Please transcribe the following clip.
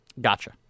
Gotcha